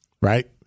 right